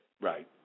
right